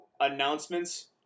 announcements